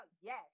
yes